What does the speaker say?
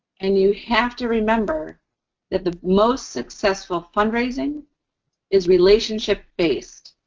and you have to remember that the most successful fundraising is relationship based.